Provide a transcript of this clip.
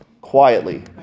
quietly